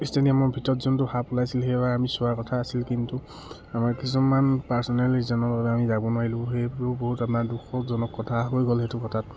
ষ্টেডিয়ামৰ ভিতৰত যোনটো সাপ ওলাইছিল সেইটো আমি চোৱাৰ কথা আছিল কিন্তু আমাৰ কিছুমান পাৰ্চনেল ৰিজনৰ বাবে আমি যাব নোৱাৰিলোঁ সেইবোৰ বহুত আমাৰ দুখজনক কথা হৈ গ'ল সেইটো কথাত